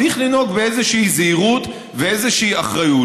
צריך לנהוג באיזושהי זהירות ובאיזושהי אחריות.